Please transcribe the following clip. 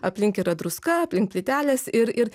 aplink yra druska aplink plytelės ir ir